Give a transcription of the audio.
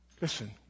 Listen